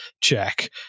check